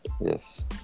yes